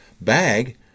bag